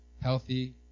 healthy